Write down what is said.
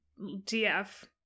DF